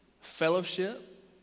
fellowship